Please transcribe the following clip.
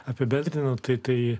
apibendrino tai tai